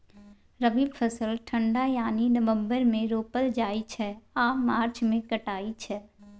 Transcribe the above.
रबी फसल ठंढा यानी नवंबर मे रोपल जाइ छै आ मार्च मे कटाई छै